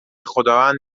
خداوند